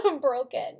broken